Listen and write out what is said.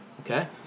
okay